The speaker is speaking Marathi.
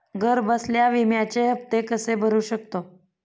घरबसल्या विम्याचे हफ्ते कसे भरू शकतो?